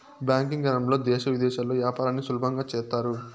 banking రంగంలో దేశ విదేశాల్లో యాపారాన్ని సులభంగా చేత్తారు